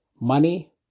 money